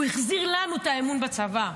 הוא החזיר לנו את האמון בצבא.